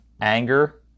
anger